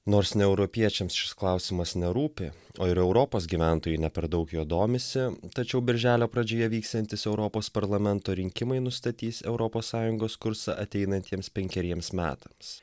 nors ne europiečiams šis klausimas nerūpi o ir europos gyventojų ne per daug juo domisi tačiau birželio pradžioje vyksiantys europos parlamento rinkimai nustatys europos sąjungos kursą ateinantiems penkeriems metams